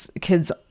kids